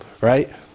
right